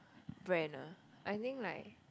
brand ah I think like